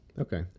Okay